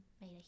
made